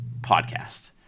podcast